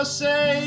say